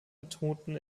betonten